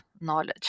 knowledge